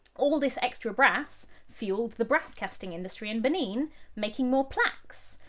all this extra brass fueled the brass-casting industry, and benin making more plaques.